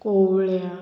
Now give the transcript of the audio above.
कवळ्या